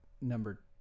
number